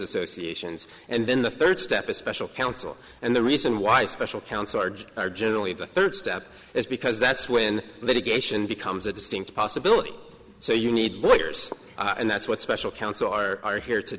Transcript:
associations and then the third step is special counsel and the reason why special counsel are generally the third step is because that's when litigation becomes a distinct possibility so you need lawyers and that's what special counsel are are here to